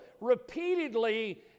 repeatedly